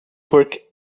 work